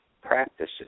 practices